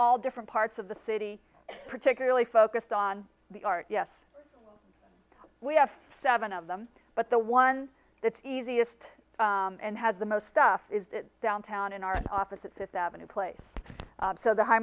all different parts of the city particularly focused on the art yes we have seven of them but the one that easiest and has the most stuff is downtown in our office at fifth avenue place so the high